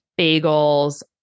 bagels